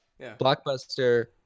Blockbuster